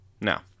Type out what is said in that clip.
Now